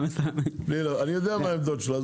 אני יודע מה העמדות שלו.